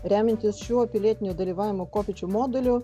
remiantis šiuo pilietinio dalyvavimo kopėčių moduliu